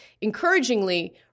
Encouragingly